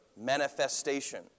manifestation